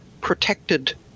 protected